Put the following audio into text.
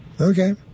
Okay